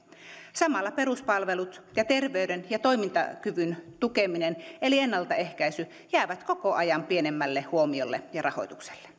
samalla peruspalvelut ja terveyden ja toimintakyvyn tukeminen eli ennaltaehkäisy jäävät koko ajan pienemmälle huomiolle ja rahoitukselle